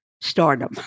stardom